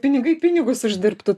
pinigai pinigus uždirbtų